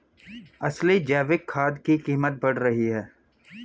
असली जैविक खाद की कीमत बढ़ रही है